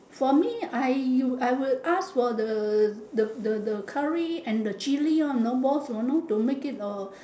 for me I you I would ask for the the the the curry and the chili orh no boss you know to make it uh